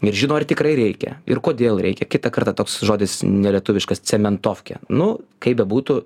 ir žino ar tikrai reikia ir kodėl reikia kitą kartą toks žodis nelietuviškas cementofkė nu kaip bebūtų